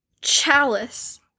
chalice